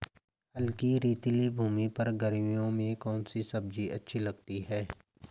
हल्की रेतीली भूमि पर गर्मियों में कौन सी सब्जी अच्छी उगती है?